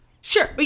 Sure